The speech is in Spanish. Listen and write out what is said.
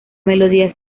melodía